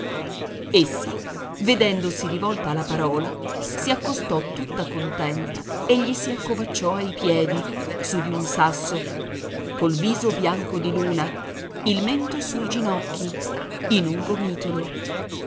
essa vedendosi rivolta la parola si accostò tutta contenta e gli si accovacciò ai piedi su di un sasso col viso bianco di luna il mento sui ginocchi in un gomitolo